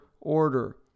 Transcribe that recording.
order